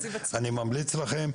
אני ממליץ לכם,